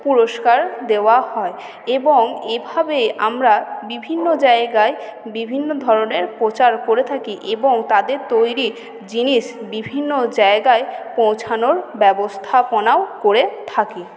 পুরস্কার দেওয়া হয় এবং এভাবে আমরা বিভিন্ন জায়গায় বিভিন্ন ধরণের প্রচার করে থাকি এবং তাঁদের তৈরী জিনিস বিভিন্ন জায়গায় পৌঁছানোর ব্যবস্থাপনাও করে থাকি